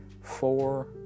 four